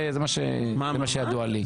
זה מה שידוע לי.